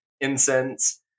incense